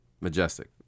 majestic